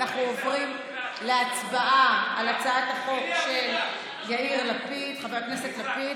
אנחנו עוברים להצבעה על הצעת החוק של חבר הכנסת יאיר לפיד,